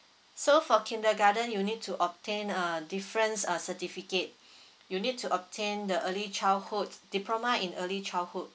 so for kindergarten you need to obtain uh difference uh certificate you need to obtain the early childhood diploma in early childhood